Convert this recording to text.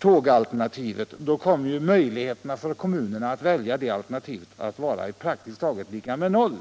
bussalternativet blir möjligheterna för kommunerna att välja tågalternativet praktiskt taget lika med noll.